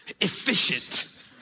efficient